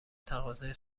تقاضای